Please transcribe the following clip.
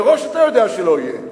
מראש אתה יודע שלא יהיה.